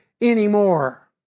anymore